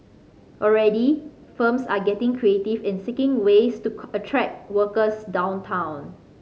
already firms are getting creative in seeking ways to attract workers downtown